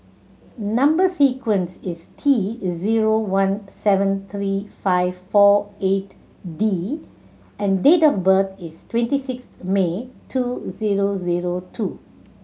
number sequence is T zero one seven three five four eight D and date of birth is twenty sixth May two zero zero two